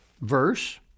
verse